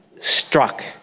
struck